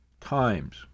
times